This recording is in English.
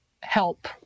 help